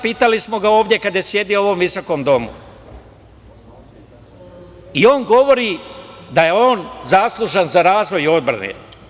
Pitali smo ga ovde kada je sedeo u ovom visokom domu da li je tačno i on govori da je on zaslužan za razvoj odbrane.